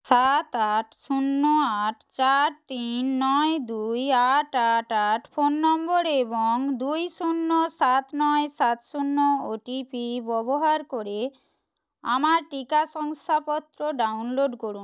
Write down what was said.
সাত আট শূন্য আট চার তিন নয় দুই আট আট আট ফোন নম্বর এবং দুই শূন্য সাত নয় সাত শূন্য ও টি পি ব্যবহার করে আমার টিকা শংসাপত্র ডাউনলোড করুন